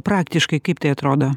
praktiškai kaip tai atrodo